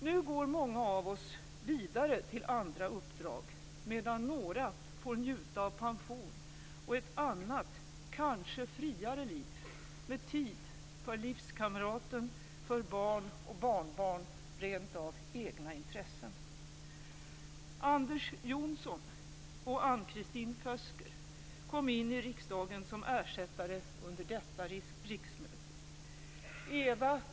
Nu går många av oss vidare till andra uppdrag, medan några får njuta av pension och ett annat, kanske friare, liv med tid för livskamraten, barn, barnbarn och rent av egna intressen.